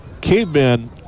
Cavemen